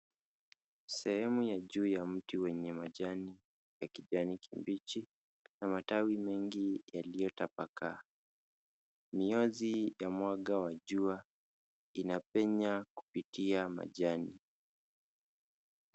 Sehemu ya juu ya mti wenye majani ya kijani kibichi na matawi mengi yaliyotapakaa. Miozi ya mwanga wa jua inapenya kupitia majani.